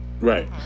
Right